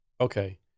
Okay